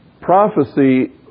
Prophecy